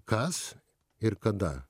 kas ir kada